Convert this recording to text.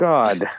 God